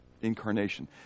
incarnation